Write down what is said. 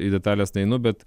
į detales neinu bet